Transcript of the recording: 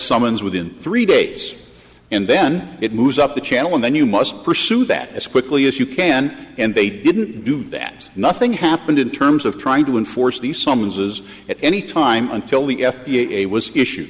summons within three days and then it moves up the channel and then you must pursue that as quickly as you can and they didn't do that nothing happened in terms of trying to enforce the summonses at any time until the f d a was issue